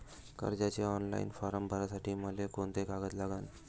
कर्जाचे online form भरासाठी मले कोंते कागद लागन?